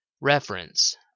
Reference